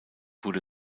wurde